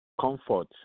comfort